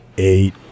eight